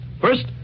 First